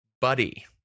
buddy